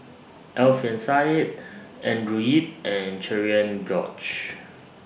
Alfian Sa'at Andrew Yip and Cherian George